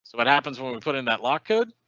what happens when we put in that lock code?